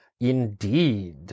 Indeed